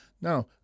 Now